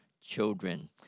children